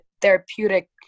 therapeutic